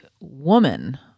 woman